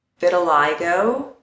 vitiligo